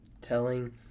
telling